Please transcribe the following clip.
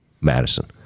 Madison